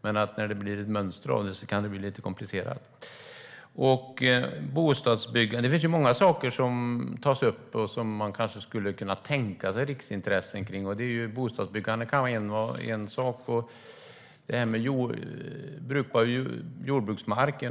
Men när det blir ett mönster av dem kan det bli lite komplicerat. Det finns många saker som kan tänkas vara riksintressen. Bostadsbyggande kan vara en sådan sak. Brukbar jordbruksmark